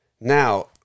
now